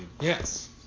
Yes